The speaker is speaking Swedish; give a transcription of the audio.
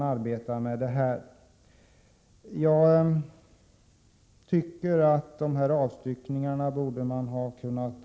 Enligt min uppfattning borde man ha fått göra de avstyckningar som Göthe Knutson här nämner.